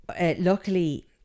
Luckily